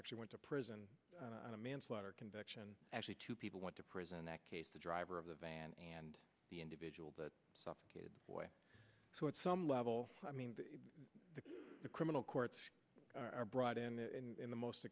actually went to prison on a manslaughter conviction actually two people went to prison that case the driver of the van and the individual but suffocated so at some level i mean the criminal courts are brought in in the most